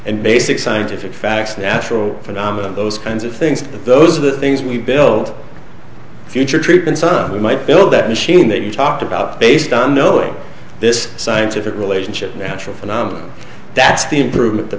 and basic scientific facts natural phenomena those kinds of things those are the things we build future treatments up we might build that machine that you talked about based on knowing this scientific relationship and that's the improvement the